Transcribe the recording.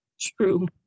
True